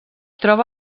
troba